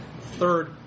Third